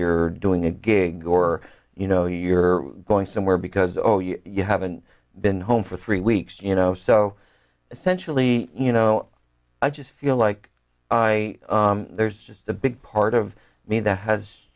you're doing a gig or you know you're going somewhere because oh yeah you haven't been home for three weeks you know so essentially you know i just feel like i there's just a big part of me that has